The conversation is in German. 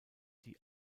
die